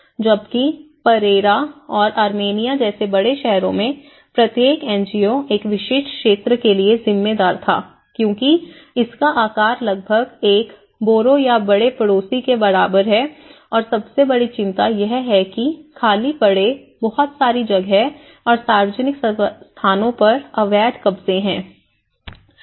जबकि परेरा और आर्मेनिया जैसे बड़े शहरों में प्रत्येक एनजीओ एक विशिष्ट क्षेत्र के लिए जिम्मेदार था क्योंकि इसका आकार लगभग एक बोरो या बड़े पड़ोस के बराबर है और सबसे बड़ी चिंता यह है कि खाली पड़े बहुत सारी जगह और सार्वजनिक स्थानों पर अवैध कब्जे हैं